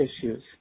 issues